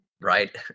Right